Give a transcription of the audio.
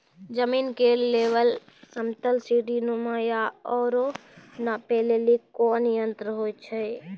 जमीन के लेवल समतल सीढी नुमा या औरो नापै लेली कोन यंत्र होय छै?